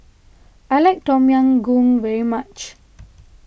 I like Tom Yam Goong very much